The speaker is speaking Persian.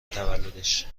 تولدش